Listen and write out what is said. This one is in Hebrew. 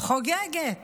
חוגגת